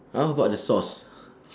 how about the sauce